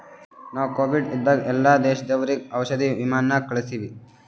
ನಾವು ಕೋವಿಡ್ ಇದ್ದಾಗ ಎಲ್ಲಾ ದೇಶದವರಿಗ್ ಔಷಧಿ ವಿಮಾನ್ ನಾಗೆ ಕಳ್ಸಿವಿ